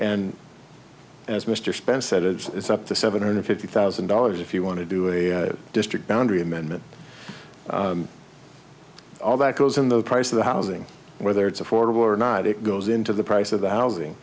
and as mr spence said it's up to seven hundred fifty thousand dollars if you want to do a district boundary amendment all that goes in the price of the housing whether it's affordable or not it goes into the price of the housing